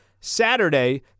Saturday